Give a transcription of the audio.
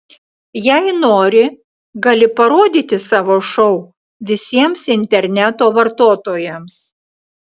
jei nori gali parodyti savo šou visiems interneto vartotojams